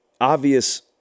obvious